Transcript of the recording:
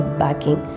backing